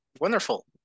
wonderful